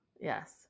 Yes